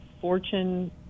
fortune